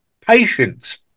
patience